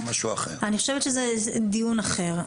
אני חושבת שזה דיון אחר.